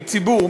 מהציבור,